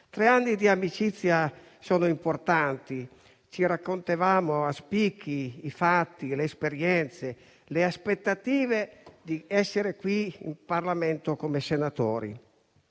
Tre anni di amicizia sono importanti. Ci raccontavamo a spicchi i fatti, le esperienze e le aspettative di essere qui in Parlamento come senatori.